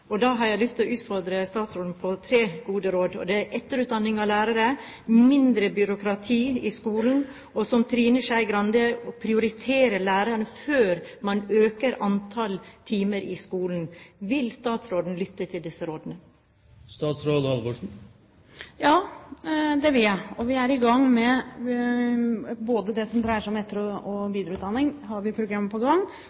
Da har jeg lyst til å utfordre statsråden på tre gode råd: Det er etterutdanning av lærere, mindre byråkrati i skolen, og, som Trine Skei Grande sa, å prioritere lærerne før man øker antall timer i skolen. Vil statsråden lytte til disse rådene? Ja, det vil jeg. Vi er i gang med program for det som dreier seg om både etter- og